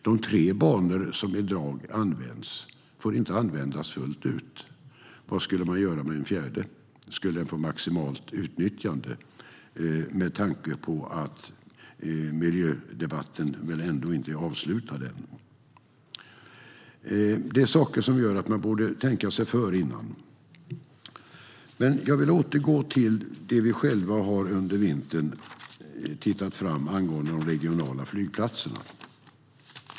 De tre banor som i dag används får inte användas fullt ut. Vad skulle man göra med en fjärde? Skulle den få maximalt utnyttjande med tanke på att miljödebatten inte är avslutad än? Detta är saker som gör att man borde tänka sig för innan något görs. Jag vill återgå till det som vi själva under vintern har fått fram angående de regionala flygplatserna.